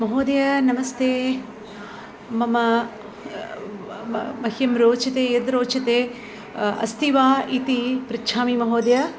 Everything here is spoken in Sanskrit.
महोदय नमस्ते मम मह्यं रोचते यद् रोचते अस्ति वा इति पृच्छामि महोदय